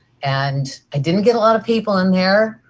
and i didn't get a lot of people in there,